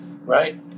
right